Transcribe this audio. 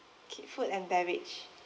okay food and beverage